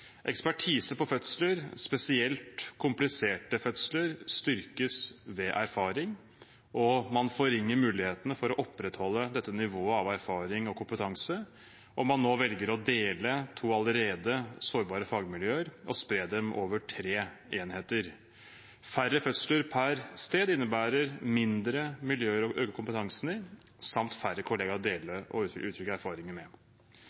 Ekspertise på fødsler, spesielt kompliserte fødsler, styrkes ved erfaring, og man forringer mulighetene for å opprettholde dette nivået av erfaring og kompetanse om man nå velger å dele to allerede sårbare fagmiljøer og spre dem over tre enheter. Færre fødsler per sted innebærer mindre miljøer å øke kompetansen i, samt færre kollegaer å utveksle erfaringer med.